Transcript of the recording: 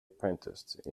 apprenticed